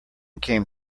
came